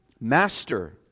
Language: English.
Master